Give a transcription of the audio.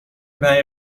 پنیر